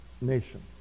nation